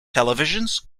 televisions